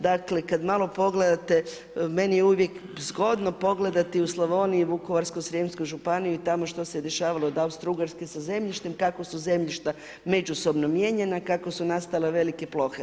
Dakle, kad malo pogledate meni je uvijek zgodno pogledati u Slavoniji Vukovarsko-srijemsku županiju i tamo što se dešavalo od Austro-ugarske sa zemljištem, kako su zemljišta međusobno mijenjanja, kako su nastale velike plohe.